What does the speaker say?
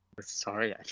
Sorry